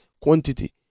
quantity